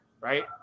Right